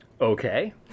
Okay